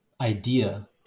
idea